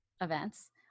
events